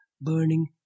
burning